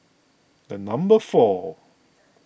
number four